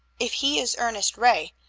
if he is ernest ray,